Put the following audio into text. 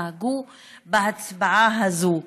תתנהג בהצבעה הזאת.